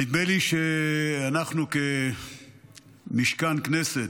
נדמה לי שאנחנו, כמשכן כנסת,